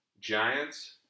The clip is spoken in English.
Giants